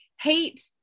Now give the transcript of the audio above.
hate